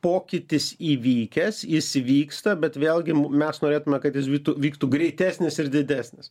po pokytis įvykęs jis vyksta bet vėlgi mes norėtume kad jis vytų vyktų greitesnis ir didesnis